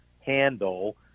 handle